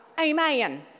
Amen